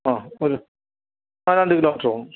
ആ ഒരു രണ്ട് കിലോമീറ്റർ ഉള്ളൂ